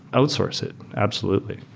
outsource it absolutely